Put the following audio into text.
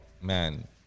man